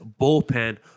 bullpen